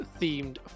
themed